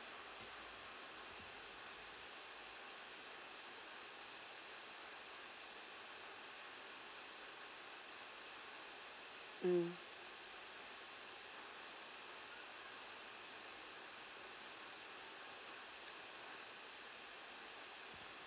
mm